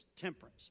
temperance